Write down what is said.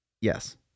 Yes